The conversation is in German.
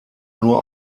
nur